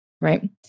right